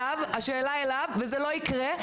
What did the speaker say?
וזה לא יקרה.